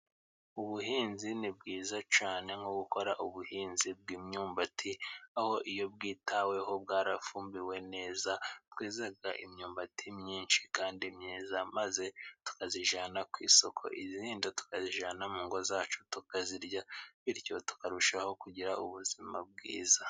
Ubuhinzi ni bwiza cyane nko gukora ubuhinzi bw'imyumbati, aho iyo bwitaweho bwarafumbiwe neza tweza imyumbati myinshi kandi myiza, maze tukazijyana ku isoko izindi tukazijyana mu ngo zacu tukazirya bityo tukarushaho kugira ubuzima bwiza.